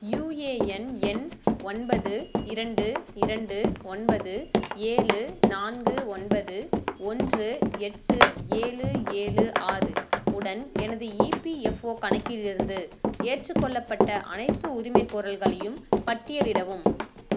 UAN எண் ஒன்பது இரண்டு இரண்டு ஒன்பது ஏழு நான்கு ஒன்பது ஓன்று எட்டு ஏழு ஏழு ஆறு உடன் எனது இபிஎஃப்ஓ கணக்கிலிருந்து ஏற்றுக்கொள்ளப்பட்ட அனைத்து உரிமைகோரல்களையும் பட்டியலிடவும்